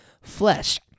flesh